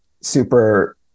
super